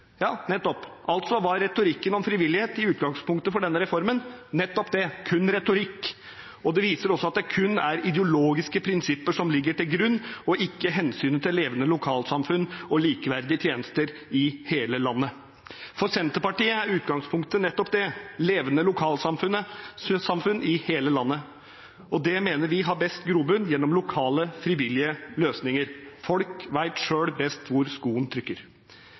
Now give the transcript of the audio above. Ja, nettopp – altså var retorikken om frivillighet i utgangspunktet for denne reformen nettopp det: kun retorikk. Det viser også at det kun er ideologiske prinsipper som ligger til grunn, ikke hensynet til levende lokalsamfunn og likeverdige tjenester i hele landet. For Senterpartiet er utgangspunktet nettopp det: levende lokalsamfunn i hele landet. Det mener vi har best grobunn gjennom lokale, frivillige løsninger. Folk vet selv best hvor skoen trykker.